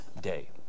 day